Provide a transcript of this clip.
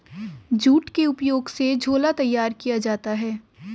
jute के उपयोग से झोला तैयार किया जाता है